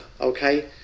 okay